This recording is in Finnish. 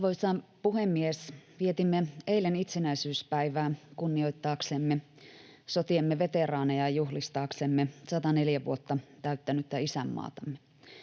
Arvoisa puhemies! Vietimme eilen itsenäisyyspäivää kunnioittaaksemme sotiemme veteraaneja ja juhlistaaksemme 104 vuotta täyttänyttä isänmaatamme.